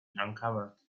uncovered